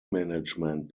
management